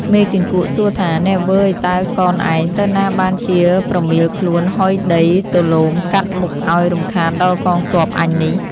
មេគីង្គក់សួរថា “ នែវ៉ឺយតើកនឯងទៅណាបានជា ប្រមៀលខ្លួនហុយដីទលោមកាត់មុខឱ្យរំខានដល់កងទ័ពអញនេះ? ” ។